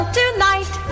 tonight